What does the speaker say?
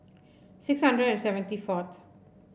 six hundred and seventy forth